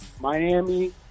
Miami